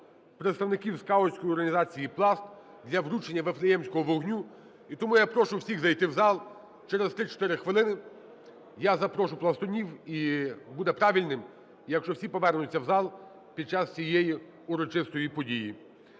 представників скаутської організації "Пласт" для вручення Віфлеємського вогню. І тому я прошу всіх зайти в зал, через 3-4 хвилини я запрошу "пластунів" і буде правильним, якщо всі повернуться в зал під час цієї урочистої події.